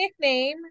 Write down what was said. nickname